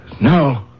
No